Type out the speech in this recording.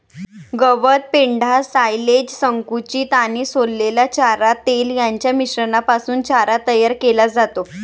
गवत, पेंढा, सायलेज, संकुचित आणि सोललेला चारा, तेल यांच्या मिश्रणापासून चारा तयार केला जातो